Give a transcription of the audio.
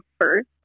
first